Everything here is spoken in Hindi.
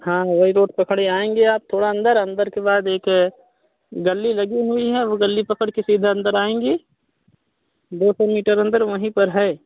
हाँ वही रोड पकड़े आएँगी आप थोड़ा अंदर अंदर के बाद एक ए गल्ली लगी हुई है वो गल्ली पकड़ के सीधा अंदर आएँगी दो सौ मीटर अंदर वहीं पर है